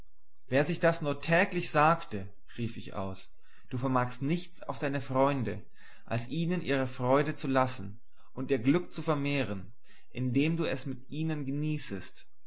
wer sich das nur täglich sagte rief ich aus du vermagst nichts auf deine freunde als ihnen ihre freuden zu lassen und ihr glück zu vermehren indem du es mit ihnen genießest